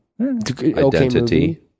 Identity